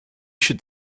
should